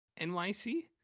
NYC